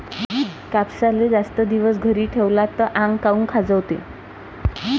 कापसाले जास्त दिवस घरी ठेवला त आंग काऊन खाजवते?